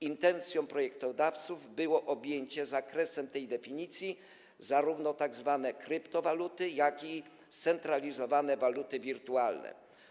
Intencją projektodawców było objęcie zakresem tej definicji zarówno tzw. kryptowalut, jak i scentralizowanych walut wirtualnych.